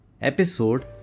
episode